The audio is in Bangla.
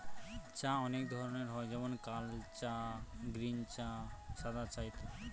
চা অনেক ধরনের হয় যেমন কাল চা, গ্রীন চা, সাদা চা ইত্যাদি